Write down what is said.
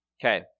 Okay